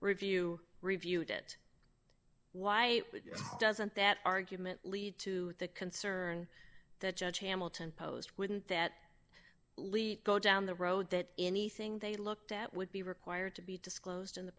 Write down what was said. review reviewed it why doesn't that argument lead to the concern that judge hamilton posed wouldn't that lead go down the road that anything they looked at would be required to be disclosed in the